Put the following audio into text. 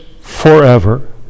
forever